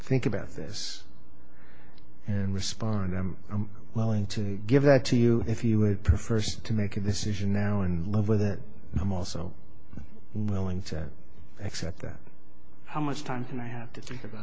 think about this and respond i'm willing to give that to you if you would prefer so to make a decision now and live with that i'm also willing to accept that how much time and i have to think about